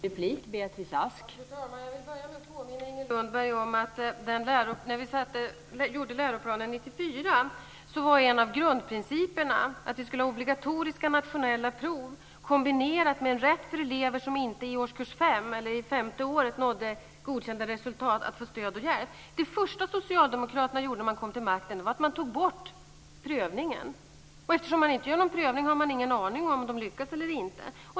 Fru talman! Jag vill börja med att påminna Inger Lundberg om att när vi gjorde läroplanen 1994 var en av grundprinciperna att vi skulle ha obligatoriska nationella prov kombinerat med en rätt för elever som under femte året inte nådde godkända resultat att få stöd och hjälp. Det första Socialdemokraterna gjorde när man kom till makten var att man tog bort prövningen. Och eftersom man inte gör någon prövning har man ingen aning om huruvida de lyckas eller inte.